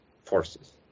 forces